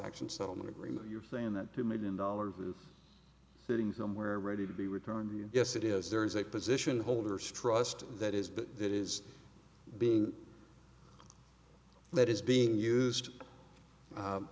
action settlement agreement you're saying that two million dollars sitting somewhere ready to be returned yes it is there is a position holders trust that is but that is being that is being used